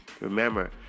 Remember